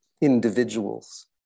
individuals